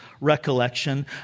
recollection